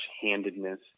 handedness